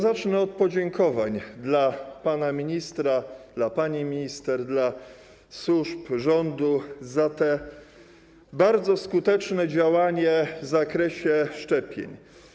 Zacznę od podziękowań dla pana ministra, dla pani minister, dla służb rządu za bardzo skuteczne działanie w zakresie szczepień.